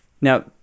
now